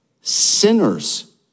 Sinners